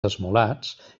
esmolats